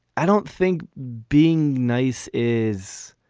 i don't think being nice is